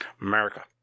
America